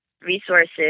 resources